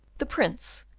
the prince,